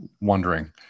wondering